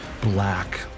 black